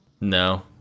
no